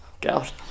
God